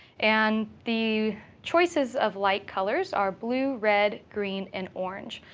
and the choices of light colors are blue, red, green, and orange.